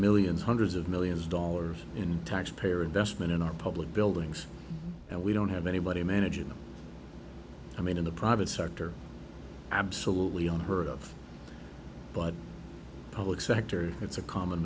millions hundreds of millions dollars in taxpayer investment in our public buildings and we don't have anybody managing them i mean in the private sector absolutely unheard of but public sector it's a common